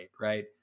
Right